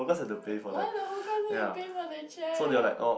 why the whole class need to pay for the chair